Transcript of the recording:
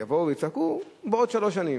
יבואו ויצעקו בעוד שלוש שנים.